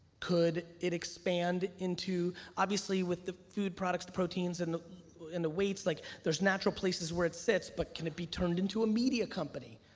could it expand into, obviously, with the food products, the proteins and and the weights, like there's natural places where it sits, but can it be turned into a media company,